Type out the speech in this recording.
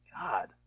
God